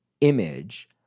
image